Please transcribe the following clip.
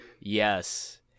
Yes